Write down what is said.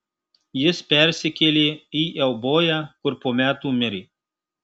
jis persikėlė į euboją kur po metų mirė